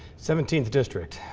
seventeenth district,